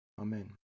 Amen